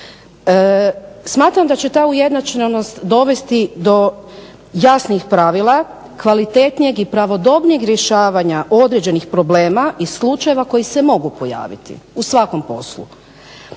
Smatram da će ta ujednačenost dovesti do jasnih pravila, kvalitetnijeg i pravodobnijeg rješavanja određenih problema i slučajeva koji se mogu pojaviti u svakom poslu.